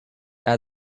add